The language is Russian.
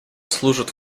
служит